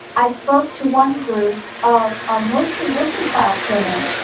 i spoke to one group of ah mostly working class women,